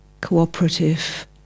cooperative